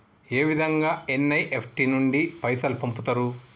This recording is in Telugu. ఏ విధంగా ఎన్.ఇ.ఎఫ్.టి నుండి పైసలు పంపుతరు?